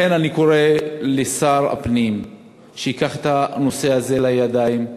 לכן אני קורא לשר הפנים שייקח את הנושא הזה לידיים,